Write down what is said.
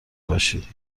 باشید